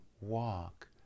walk